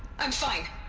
i'm fine.